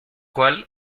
cual